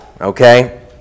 okay